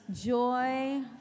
joy